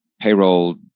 payroll